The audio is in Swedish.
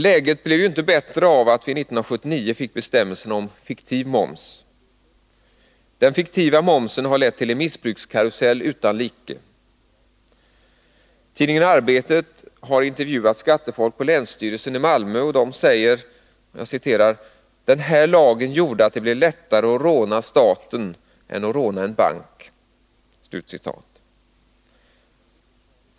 Läget blev inte bättre av att vi 1979 fick bestämmelsen om fiktiv moms. Den fiktiva momsen har lett till en missbrukskarusell utan like. Tidningen Arbetet har intervjuat skattefolk på länsstyrelsen i Malmö, och de säger: Denna lag gjorde att det blev lättare att råna staten än att råna en bank.